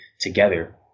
together